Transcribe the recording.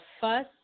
Fuss